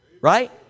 Right